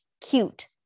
cute